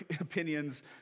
opinions